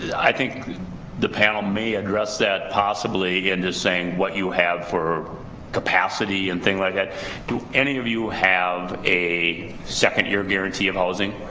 i think the panel may address that possibly in just saying what you have for capacity and things like ah that. any of you have a second year guarantee of housing?